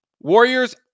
Warriors